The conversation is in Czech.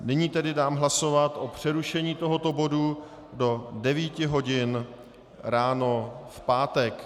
Nyní tedy dám hlasovat o přerušení tohoto bodu do 9 hodin ráno v pátek.